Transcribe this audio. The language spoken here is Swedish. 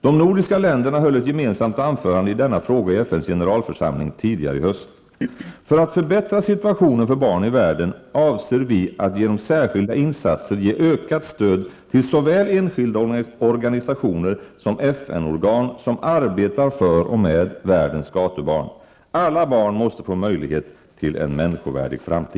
De nordiska länderna höll ett gemensamt anförande i denna fråga i FNs generalförsamling tidigare i höst. För att förbättra situationen för barn i världen avser vi att genom särskilda insatser ge ökat stöd till såväl enskilda organisationer som FN-organ som arbetar för och med världens gatubarn. Alla barn måste få möjligheter till en människovärdig framtid!